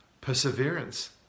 perseverance